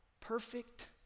Perfect